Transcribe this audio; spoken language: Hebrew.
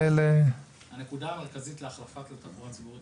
הנקודה המרכזית להחלפת התחבורה הציבורית